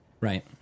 Right